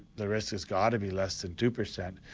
the risk has got to be less than two percent.